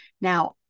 Now